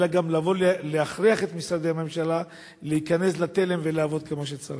אלא גם לבוא להכריח את משרדי הממשלה להיכנס לתלם ולעבוד כמו שצריך.